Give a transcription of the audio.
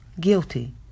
guilty